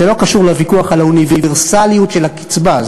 זה לא קשור לוויכוח על האוניברסליות של הקצבה,